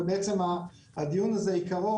ובעצם הדיון הזה עיקרו